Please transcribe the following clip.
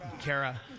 Kara